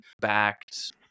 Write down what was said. backed